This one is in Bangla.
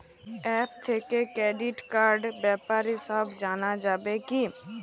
অ্যাপ থেকে ক্রেডিট কার্ডর ব্যাপারে সব জানা যাবে কি?